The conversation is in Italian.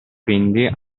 quindi